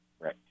Right